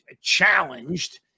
challenged